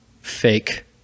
fake